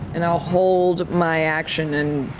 and i'll hold my action in